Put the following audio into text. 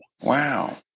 Wow